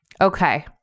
Okay